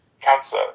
cancer